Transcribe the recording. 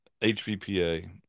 HVPA